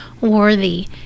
worthy